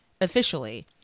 officially